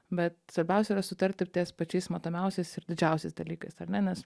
bet svarbiausia yra sutarti ir ties pačiais matomiausiais ir didžiausiais dalykais ar ne nes